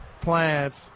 plants